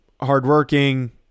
hardworking